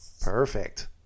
Perfect